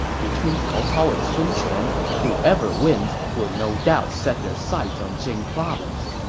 between cao cao and sun quan, whoever wins will no doubt set their sights on jing province.